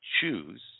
choose